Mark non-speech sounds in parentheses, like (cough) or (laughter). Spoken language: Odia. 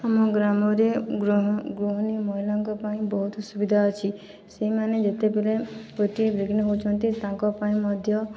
ଆମ ଗ୍ରାମରେ ଗୃହିଣୀ ମହିଳା ମାନଙ୍କ ପାଇଁ ବହୁତ ସୁବିଧା ଅଛି ସେହିମାନେ ଯେତେବେଳେ ଗୋଟିଏ (unintelligible) ତାଙ୍କ ପାଇଁ ମଧ୍ୟ